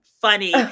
funny